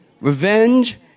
Revenge